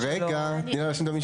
אבל רגע, תני לה להשלים את המשפט.